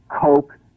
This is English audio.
Coke